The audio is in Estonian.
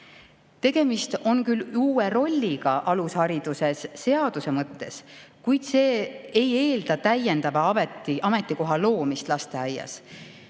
Tegemist on küll uue rolliga alushariduses seaduse mõttes, kuid see ei eelda täiendava ametikoha loomist lasteaias.